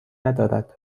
ندارد